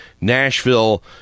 Nashville